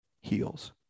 heals